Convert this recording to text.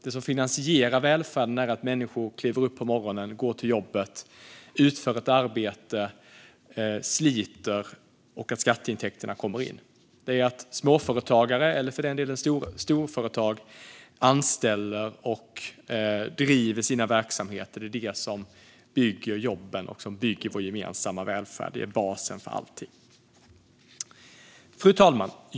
Det som finansierar välfärden är att människor kliver upp på morgonen, går till jobbet, utför ett arbete och sliter och att skatteintäkterna kommer in. Att småföretagare, eller för den delen storföretag, anställer och driver sina verksamheter är det som bygger jobben och bygger vår gemensamma välfärd. Det är basen för allting. Fru talman!